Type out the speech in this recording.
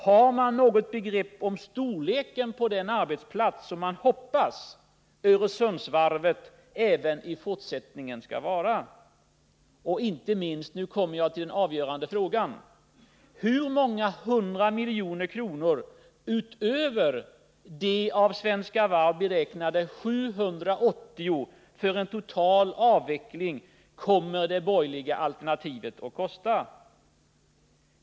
Har man något begrepp om storleken på den arbetsplats som man hoppas att Öresundsvarvet även i fortsättningen skall vara? Och så den verkligt avgörande frågan: Hur många hundra miljoner kronor utöver de av Svenska Varv beräknade 780 miljonerna för en total avveckling kommer det borgerliga alternativet att kosta?